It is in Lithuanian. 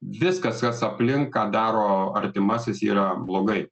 viskas kas aplink ką daro artimasis yra blogai